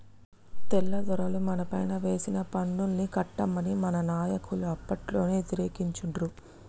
తెల్లదొరలు మనపైన వేసిన పన్నుల్ని కట్టమని మన నాయకులు అప్పట్లోనే యతిరేకించిండ్రు